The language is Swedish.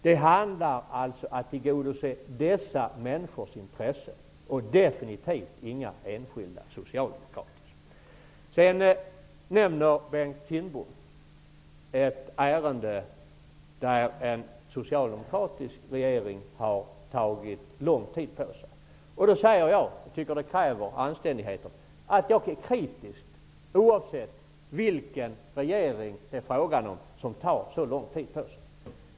Det handlar alltså om att tillgodose dessa människors intressen och definitivt inga enskilda socialdemokraters. Sedan omnämnde Bengt Kindbom ett ärende där en socialdemokratisk regering hade tagit lång tid på sig. Jag tycker att anständigheten kräver att jag säger att jag är kritisk, oavsett vilken regering det är som tar så lång tid på sig.